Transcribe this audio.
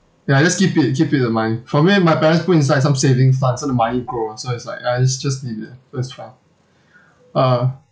ya just keep it keep it the money for me my parents put inside some saving funds so the money grow so it's like I just just leave it